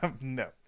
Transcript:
No